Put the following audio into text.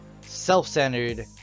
Self-centered